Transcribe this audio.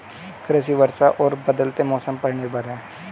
कृषि वर्षा और बदलते मौसम पर निर्भर है